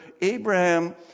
Abraham